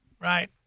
Right